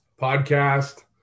podcast